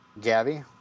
Gabby